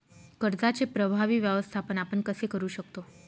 कर्जाचे प्रभावी व्यवस्थापन आपण कसे करु शकतो?